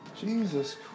Jesus